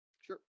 sure